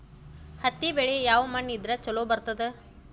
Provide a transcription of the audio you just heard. ಹತ್ತಿ ಬೆಳಿ ಯಾವ ಮಣ್ಣ ಇದ್ರ ಛಲೋ ಬರ್ತದ?